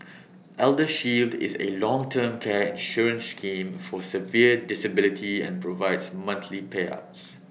eldershield is A long term care insurance scheme for severe disability and provides monthly payouts